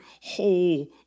whole